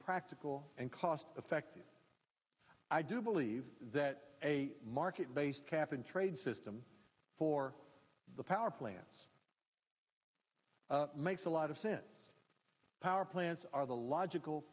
practical and cost effective i do believe that a market based cap and trade system for the power plants makes a lot of sense power plants are the logical